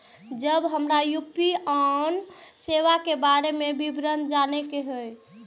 जब हमरा यू.पी.आई सेवा के बारे में विवरण जाने के हाय?